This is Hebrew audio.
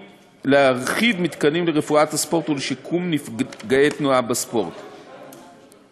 להרחיב מתקנים לרפואת ספורט ולשיקום נפגעי תנועה בספורט ועוד.